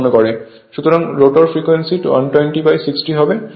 সুতরাং rotor frequency 12060 হবে